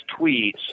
tweets